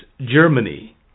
Germany